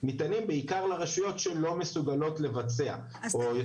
הנקודה האחרונה שאני מבקש להעלות, זה